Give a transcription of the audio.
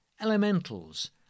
elementals